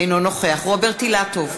אינו נוכח רוברט אילטוב,